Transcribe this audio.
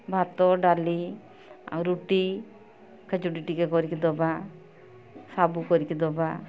ଭାତ ଡାଲି ଆଉ ରୁଟି ଖେଚୁଡ଼ି ଟିକେ କରିକି ଦେବା ଶାଗୁ କରିକି ଦେବା